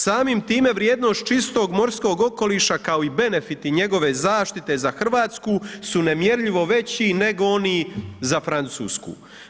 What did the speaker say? Samim time vrijednost čistog morskog okoliša kao benefiti njegove zaštite za Hrvatsku su nemjerljivo veći nego oni za Francusku.